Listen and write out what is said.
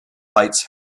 heights